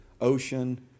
ocean